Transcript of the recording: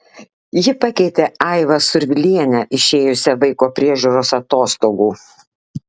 ji pakeitė aivą survilienę išėjusią vaiko priežiūros atostogų